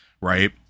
right